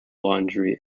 laundry